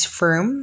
firm